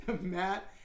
Matt